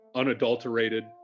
unadulterated